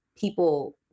people